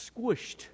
squished